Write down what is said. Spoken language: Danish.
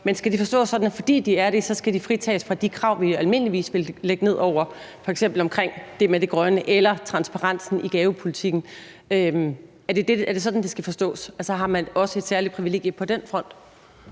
med eksportfremstød osv. – skal fritages fra de krav, vi almindeligvis ville lægge ned over det, f.eks. i forhold til det grønne eller transparensen i gavepolitikken? Er det sådan, det skal forstås, altså at man så også har et særligt privilegie på den front?